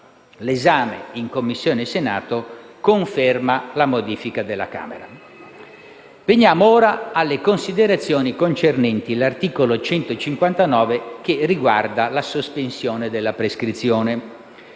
L'esame in Commissione al Senato conferma la modifica della Camera. Andiamo ora alle considerazioni concernenti l'articolo 159, che riguarda la sospensione della prescrizione.